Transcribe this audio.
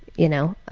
you know.